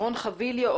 רון חביליו,